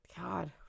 God